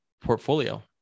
portfolio